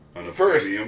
first